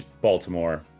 Baltimore